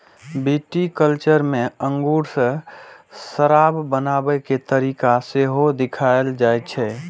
viticulture मे अंगूर सं शराब बनाबै के तरीका सेहो सिखाएल जाइ छै